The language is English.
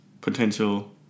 potential